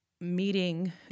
Meeting